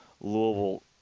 Louisville